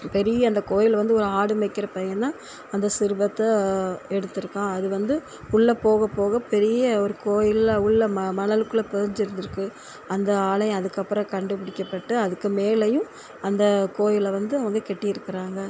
பெரிய அந்த கோவில் வந்து ஒரு ஆடு மேய்க்கிற பையன் தான் அந்த சிலுவத்தை எடுத்து இருக்கான் அது வந்து உள்ளே போகப்போக பெரிய ஒரு கோயில்லாம் உள்ள ம மணல் குள்ளே புதஞ்சி இருந்து இருக்கு அந்த ஆலையம் அதற்கு அப்புறம் கண்டுப்பிடிக்கப்பட்டு அதற்கு மேலையும் அந்த கோயிலை வந்து அவங்க கட்டியிருக்குறாங்க